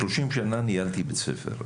30 שנה ניהלתי בית ספר,